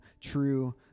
true